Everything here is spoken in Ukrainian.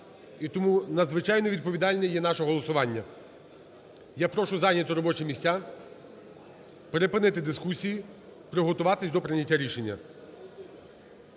і тому надзвичайно відповідальне є наше голосування. Я прошу зайняти робочі місця, припинити дискусії, приготуватися до прийняття рішення.